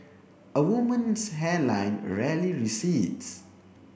a woman's hairline rarely recedes